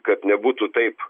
kad nebūtų taip